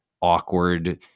awkward